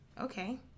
Okay